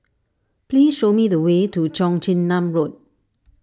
please show me the way to Cheong Chin Nam Road